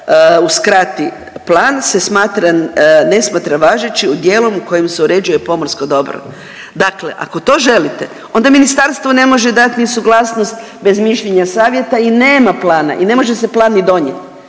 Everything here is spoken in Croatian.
uskrati plan se ne smatra važećim u dijelu kojim se uređuje pomorsko dobro. Dakle, ako to želite onda ministarstvo ne može dat ni suglasnost bez mišljenja savjeta i nema plana i ne može se plan ni donijet.